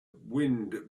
wind